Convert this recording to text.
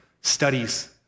studies